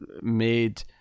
made